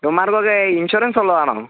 ഇവന്മാർക്ക് ഒക്കെ ഇൻഷുറൻസ് ഉള്ളേതാണോ